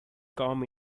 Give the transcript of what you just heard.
come